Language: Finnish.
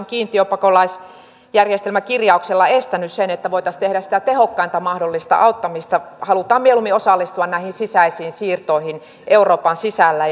kiintiöpakolaisjärjestelmäkirjauksella estänyt sen että voitaisiin tehdä sitä tehokkainta mahdollista auttamista halutaan mieluummin osallistua näihin sisäisiin siirtoihin euroopan sisällä